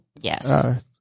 yes